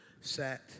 sat